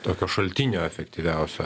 tokio šaltinio efektyviausio